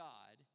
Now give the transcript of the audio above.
God